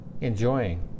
enjoying